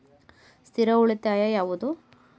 ಸ್ಥಿರ ಉಳಿತಾಯ ಯಾವುದು?